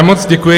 Moc děkuji.